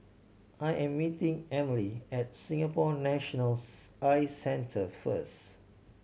I am meeting Emile at Singapore Nationals Eye Centre first